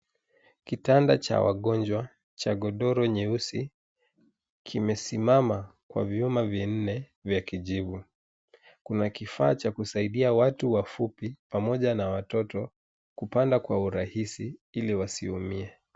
Kitanda cha wagonjwa cha godoro nyeusi kimesimama kwa vyuma vinne vya kujivu, kuna kifaa cha kusaidia watu wafupi pamoja na watoto kupanda kwa urahisi ili wasiumie.